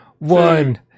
One